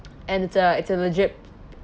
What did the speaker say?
and it's a it's a legit